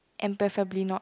and preferably not